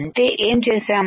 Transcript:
అంటే ఏం చేశాం